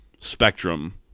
spectrum